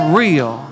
real